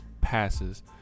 passes